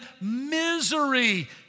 misery